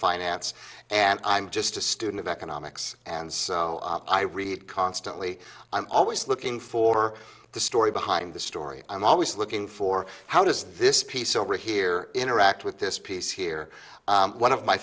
finance and i'm just a student of economics and so i read constantly i'm always looking for the story behind the story i'm always looking for how does this piece over here interact with this piece here one of my